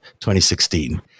2016